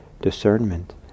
discernment